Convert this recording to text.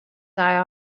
die